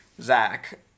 Zach